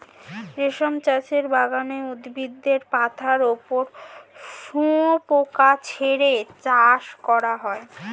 রেশম চাষের বাগানে উদ্ভিদের পাতার ওপর শুয়োপোকা ছেড়ে চাষ করা হয়